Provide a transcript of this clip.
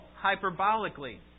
hyperbolically